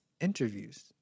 interviews